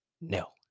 no